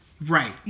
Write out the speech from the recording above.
Right